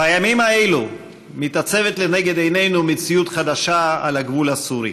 בימים אלו מתעצבת לנגד עינינו מציאות חדשה על הגבול הסורי.